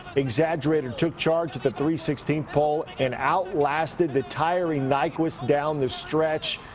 exaggerator took charge at the three sixteenth pole and outlasted the tiring nyquist down the stretch.